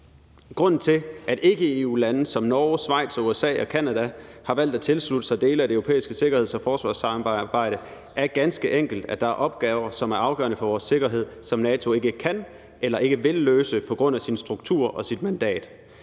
Grunden til, at ikke-EU-lande som Norge og Schweiz og USA og Canada har valgt at tilslutte sig dele af det europæiske sikkerheds- og forsvarssamarbejde, er ganske enkelt, at der er opgaver, som er afgørende for vores sikkerhed, og som NATO ikke kan eller ikke vil løse på grund af sin struktur og sit mandat.